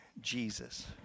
Jesus